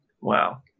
Wow